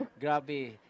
grabby